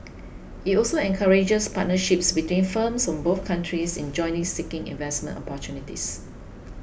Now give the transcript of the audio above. it also encourages partnerships between firms from both countries in jointly seeking investment opportunities